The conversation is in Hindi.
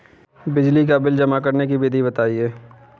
बिजली का बिल जमा करने की विधि बताइए?